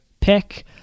pick